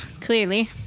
clearly